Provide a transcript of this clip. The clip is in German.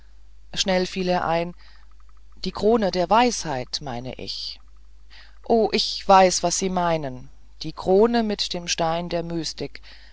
schnell fiel er ein die krone der weisheit meine ich o ich weiß wie sie es meinen die krone mit dem stein der mystik